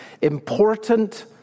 important